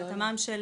על התמ"מ של